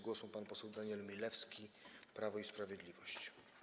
Głos ma pan poseł Daniel Milewski, Prawo i Sprawiedliwość.